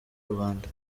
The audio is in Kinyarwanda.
rubanda